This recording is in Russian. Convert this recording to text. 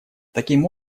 таким